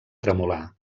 tremolar